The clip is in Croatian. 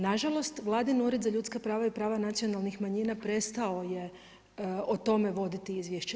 Nažalost Vladin ured za ljudska prava i prava nacionalnih manjina prestao je o tome voditi izvješće.